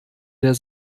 der